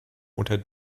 unter